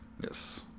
yes